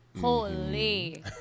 Holy